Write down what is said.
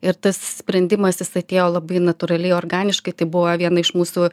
ir tas sprendimas jis atėjo labai natūraliai organiškai tai buvo viena iš mūsų